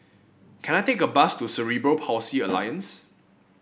can I take a bus to Cerebral Palsy Alliance